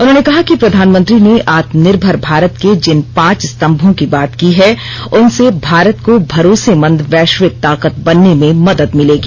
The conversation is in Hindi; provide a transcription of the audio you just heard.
उन्होंने कहा कि प्रधानमंत्री ने आत्मनिर्भर भारत के जिन पांच स्तम्भों की बात की है उनसे भारत को भरोसेमंद वैश्विक ताकत बनने में मदद मिलेगी